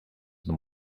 them